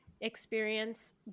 experience